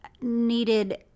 needed